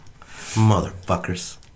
Motherfuckers